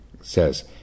says